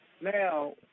Now